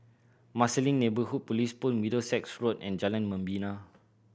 Marsiling Neighbourhood Police Post Middlesex Road and Jalan Membina